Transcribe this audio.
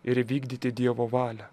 ir įvykdyti dievo valią